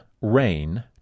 rain